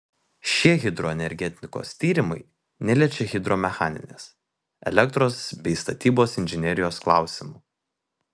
šie hidroenergetikos tyrimai neliečia hidromechaninės elektros bei statybos inžinerijos klausimų